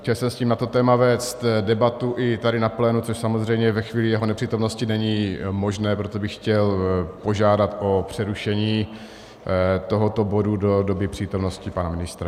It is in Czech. Chtěl jsem s ním na to téma vést debatu i tady na plénu, což samozřejmě ve chvíli jeho nepřítomnosti není možné, proto bych chtěl požádat o přerušení tohoto bodu do doby přítomnosti pana ministra.